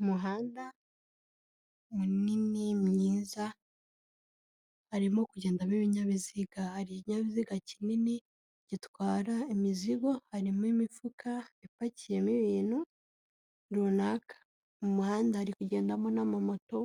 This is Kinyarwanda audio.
Umuhanda munini mwiza, harimo kugendamo ibinyabiziga, hari ikinyabiziga kinini gitwara imizigo, harimo imifuka ipakiyemo ibintu runaka, mu muhanda hari kugendamo n'amamoto